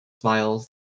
smiles